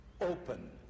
open